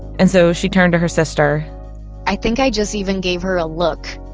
and so she turned to her sister i think i just even gave her a look,